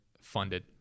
funded